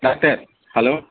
doctor hello